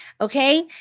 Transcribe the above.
okay